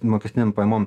mokestinėm pajamom